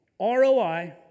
ROI